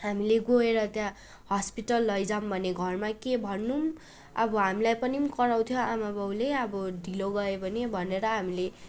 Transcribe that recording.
हामीले गएर त्यहाँ हस्पिटल लैजाउ भने घरमा के भनौँ अब हामीलाई पनि कराउँथ्यो आमा बाउले अब ढिलो गयो भने भनेर हामीले